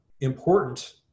important